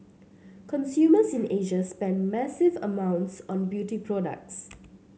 consumers in Asia spend massive amounts on beauty products